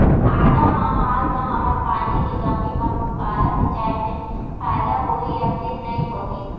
आदा मे हाल मा हमन पानी के कमी म फुब्बारा सिचाई मे फायदा होही या फिर नई होही?